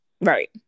Right